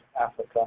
Africa